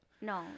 No